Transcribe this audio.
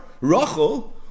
Rachel